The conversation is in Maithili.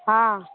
हॅं